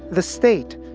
the state,